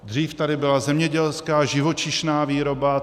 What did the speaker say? Dřív tady byla zemědělská, živočišná výroba.